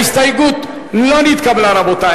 ההסתייגות לא נתקבלה, רבותי.